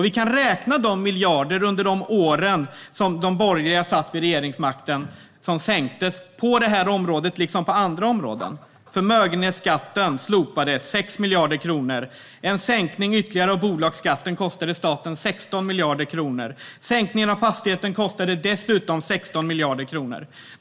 Vi kan räkna miljarderna under åren som de borgerliga satt vid regeringsmakten, miljarderna i sänkningar på det här området liksom på andra områden. Förmögenhetsskatten slopades - 6 miljarder kronor. En ytterligare sänkning av bolagsskatten kostade staten 16 miljarder kronor. Sänkningen av fastighetsskatten kostade också 16 miljarder kronor.